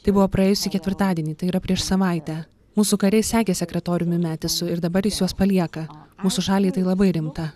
tai buvo praėjusį ketvirtadienį tai yra prieš savaitę mūsų kariai sekė sekretoriumi metisu ir dabar jis juos palieka mūsų šaliai tai labai rimta